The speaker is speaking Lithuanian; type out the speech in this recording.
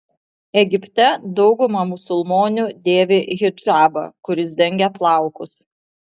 egipte dauguma musulmonių dėvi hidžabą kuris dengia plaukus